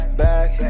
back